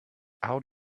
out